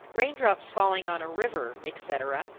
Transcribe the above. raindrops falling on a river, etc,